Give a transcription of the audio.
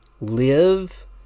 live